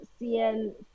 CN